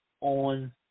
on